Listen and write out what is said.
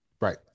Right